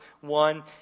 one